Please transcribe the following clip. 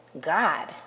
God